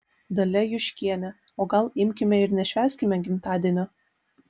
dalia juškienė o gal imkime ir nešvęskime gimtadienio